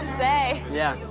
say. yeah.